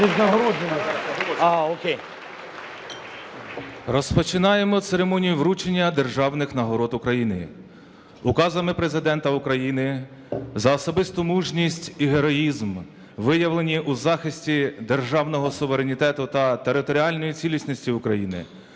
Розпочинаємо церемонію вручення державних нагород України. Указами Президента України за особисту мужність і героїзм, виявлені у захисті державного суверенітету та територіальної цілісності України,